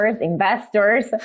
investors